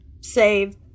save